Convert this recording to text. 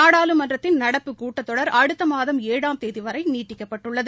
நாடாளுமன்றத்தின் நடப்பு கூட்டத்தொடர் அடுத்த மாதம் ஏழாம் தேதி வரை நீட்டிக்கப்பட்டுள்ளது